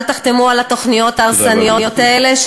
אל תחתמו על התוכניות ההרסניות האלה,